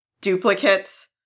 duplicates